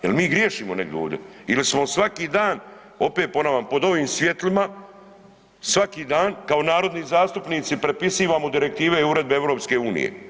Jel mi griješimo negdje ovdje ili smo svaki dan, opet ponavljam, pod ovim svjetlima svaki dan kao narodni zastupnici prepisivamo direktive i uredbe EU?